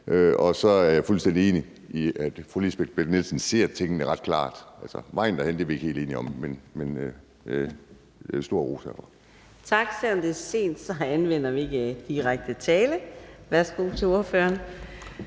Og så er jeg fuldstændig enig, fru Lisbeth Bech-Nielsen ser tingene meget klart. Vejen derhen er vi ikke helt enige om, men stor ros herfra.